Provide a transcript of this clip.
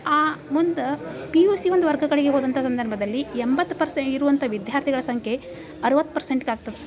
ಆ ಮುಂದೆ P U C ಒಂದು ವರ್ಗ ಕಡೆಗೆ ಹೋದಂಥ ಸಂದರ್ಭದಲ್ಲಿ ಎಂಬತ್ತು ಪರ್ಸೆ ಇರುವಂಥ ವಿದ್ಯಾರ್ಥಿಗಳ ಸಂಖ್ಯೆ ಅರವತ್ತು ಪರ್ಸೆಂಟಿಗೆ ಆಗ್ತದೆ